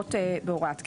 מוקמות בהוראת קבע.